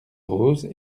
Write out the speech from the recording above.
rose